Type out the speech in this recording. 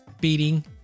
beating